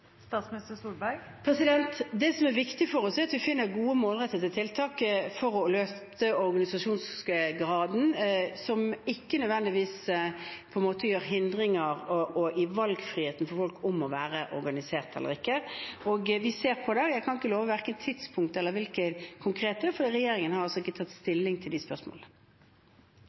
Det som er viktig for oss, er at vi finner gode og målrettede tiltak for å øke organisasjonsgraden som ikke gir hindringer for folks valgfrihet til å være organisert eller ikke. Vi ser på det, men jeg kan verken love tidspunkt eller noe konkret, for regjeringen har ikke tatt stilling til de spørsmålene.